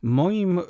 moim